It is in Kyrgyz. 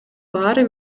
баары